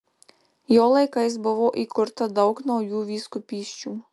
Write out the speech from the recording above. jo laikais buvo įkurta daug naujų vyskupysčių